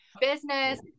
business